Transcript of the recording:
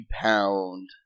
pound